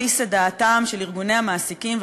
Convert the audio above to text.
הפיס את דעתם של ארגוני המעסיקים,